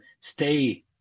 stay